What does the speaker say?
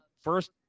first